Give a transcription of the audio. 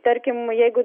tarkim jeigu